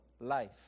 life